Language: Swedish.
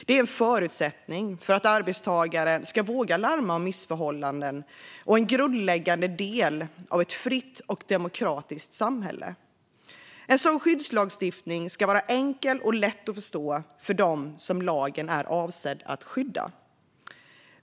Det är en förutsättning för att arbetstagare ska våga larma om missförhållanden och en grundläggande del av ett fritt och demokratiskt samhälle. En sådan skyddslagstiftning ska vara enkel och lätt att förstå för dem som lagen är avsedd att skydda.